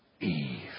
Eve